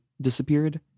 disappeared